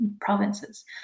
provinces